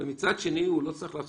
שם מקבל השירות,